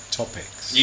topics